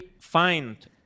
find